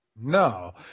No